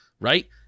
Right